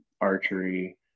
archery